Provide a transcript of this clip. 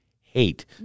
hate